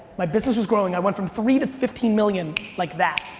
my business was growing. i went from three to fifteen million like that.